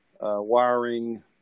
wiring